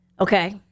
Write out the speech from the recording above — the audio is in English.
Okay